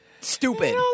stupid